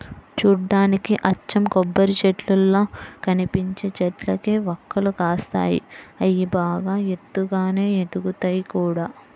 చూడ్డానికి అచ్చం కొబ్బరిచెట్టుల్లా కనిపించే చెట్లకే వక్కలు కాస్తాయి, అయ్యి బాగా ఎత్తుగానే ఎదుగుతయ్ గూడా